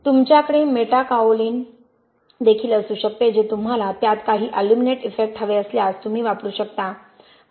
तुमच्याकडे मेटाकाओलिन देखील असू शकते जे तुम्हाला त्यात काही अल्युमिनेट इफेक्ट हवे असल्यास तुम्ही वापरू शकता